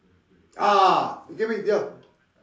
ah you get what I mean